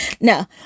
no